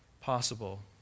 possible